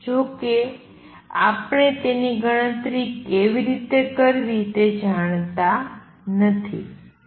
જો કે આપણે તેની ગણતરી કેવી રીતે કરવી તે જાણતા નથી